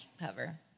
cover